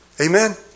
amen